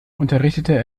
unterrichtete